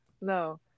no